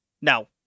now